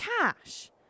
cash